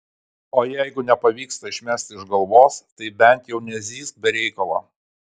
o jeigu nepavyksta išmesti iš galvos tai bent jau nezyzk be reikalo